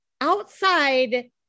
outside